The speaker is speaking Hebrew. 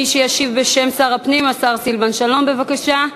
מי שישיב בשם שר הפנים, השר סילבן שלום, בבקשה.